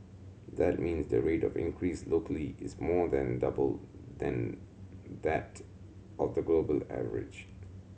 that means the rate of increase locally is more than double then that of the global average